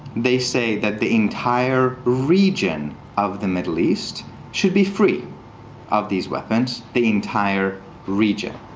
they say that the entire region of the middle east should be free of these weapons, the entire region.